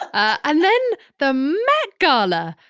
ah and then the met gala.